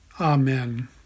Amen